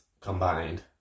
Combined